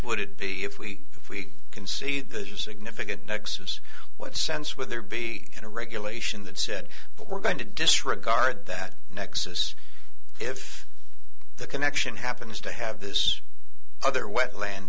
would it be if we if we can see there's a significant nexus what sense would there be in a regulation that said but we're going to disregard that nexus if the connection happens to have this other wetland